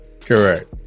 Correct